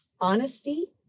Honesty